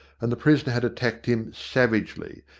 and the prisoner had attacked him savagely,